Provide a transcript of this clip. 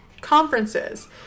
conferences